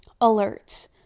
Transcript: Alerts